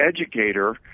educator